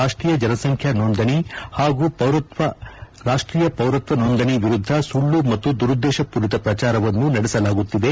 ರಾಷ್ಟೀಯ ಜನಸಂಖ್ಯಾ ನೊಂದಣಿ ಪಾಗೂ ರಾಷ್ಟೀಯ ಪೌರತ್ವ ನೊಂದಣಿ ವಿರುದ್ಧ ಸುಳ್ಳು ಮತ್ತು ದುರುದ್ದೇತ ಪೂರಿತ ಪ್ರಜಾರವನ್ನು ನಡೆಸಲಾಗುತ್ತಿದೆ